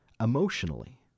emotionally